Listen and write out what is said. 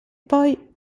poi